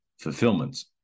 fulfillments